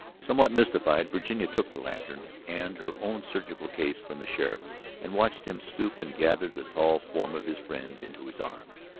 somewhat mystified, virginia took the lantern and her own surgical case from the sheriff and watched him stoop and gather the tall form of his friend into his arms.